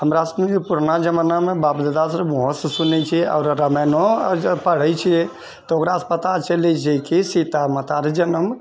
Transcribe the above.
हमरा सभके जे पुरना जमानामे बाप ददाके मुँह से सुनै छियै आओर रामायणो जब पढ़ै छियै तऽ ओकरासँ पता चलै छियै कि सीता माता रऽ जन्म